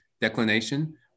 declination